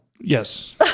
Yes